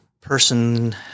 person